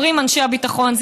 אומרים אנשי הביטחון,